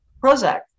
Prozac